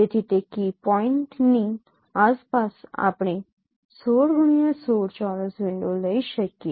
તેથી તે કી પોઈન્ટની આસપાસ આપણે 16x16 ચોરસ વિન્ડો લઈ શકીએ